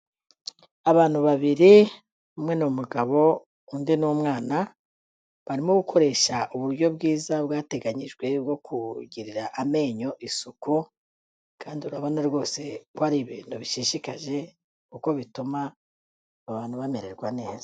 Abantu babiri umwe ni umugabo undi ni umwana, barimo gukoresha uburyo bwiza bwateganjwe bwo kugirira amenyo isuku, kandi urabona rwose ko ari ibintu bishishikaje kuko bituma abantu bamererwa neza.